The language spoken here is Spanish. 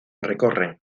recorren